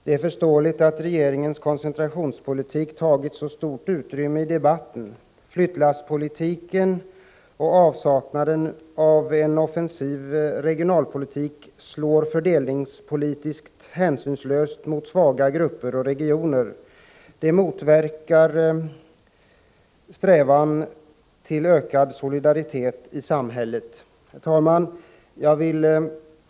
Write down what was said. Herr talman! Det är förståeligt att regeringens koncentrationspolitik tagit så stort utrymme i debatten. Flyttlasspolitiken och avsaknaden av en offensiv regionalpolitik slår fördelningspolitiskt hänsynslöst mot svaga grupper och regioner. Detta motverkar strävan till ökad solidaritet i samhället. Herr talman!